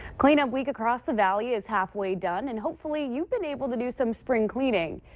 cleanup week across the valley is halfway done and hopefully, you've been able to do some spring cleaning.